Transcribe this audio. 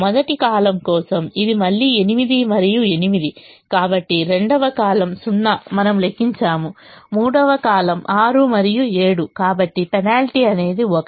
మొదటి కాలమ్ కోసం ఇది మళ్ళీ 8 మరియు 8 కాబట్టి రెండవ కాలమ్ 0 మనము లెక్కించము మూడవ కాలమ్ 6 మరియు 7 కాబట్టి పెనాల్టీ అనేది 1